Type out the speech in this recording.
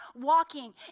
walking